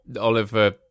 Oliver